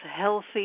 healthy